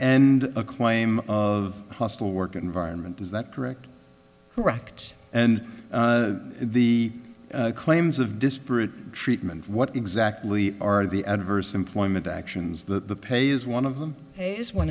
and a claim of hostile work environment is that correct correct and the claims of disparate treatment what exactly are the adverse employment actions that the pay is one of them is one